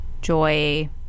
joy